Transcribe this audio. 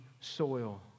soil